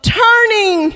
turning